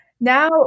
now